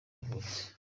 avutse